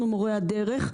אנחנו מורי הדרך,